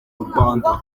rwanda